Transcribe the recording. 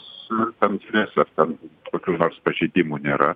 su ten žiūrės ar ten kokių nors pažeidimų nėra